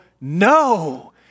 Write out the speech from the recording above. No